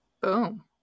Boom